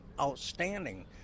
outstanding